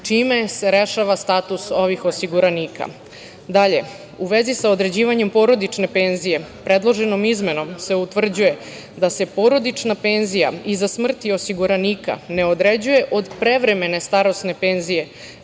čime se rešava status ovih osiguranika. Dalje, u vezi sa određivanjem porodične penzije, predloženom izmenom se utvrđuje da se porodična penzija iza smrti osiguranika ne određuje od prevremene starosne penzije,